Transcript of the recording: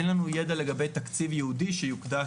אין לנו ידע לגבי תקציב ייעודי שיוקדש